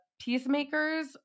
peacemakers